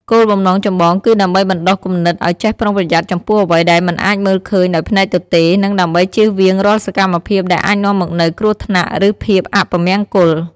គោលបំណងចម្បងគឺដើម្បីបណ្ដុះគំនិតឲ្យចេះប្រុងប្រយ័ត្នចំពោះអ្វីដែលមិនអាចមើលឃើញដោយភ្នែកទទេ និងដើម្បីជៀសវាងរាល់សកម្មភាពដែលអាចនាំមកនូវគ្រោះថ្នាក់ ឬភាពអពមង្គល។